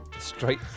Straight